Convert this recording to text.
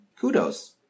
Kudos